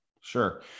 sure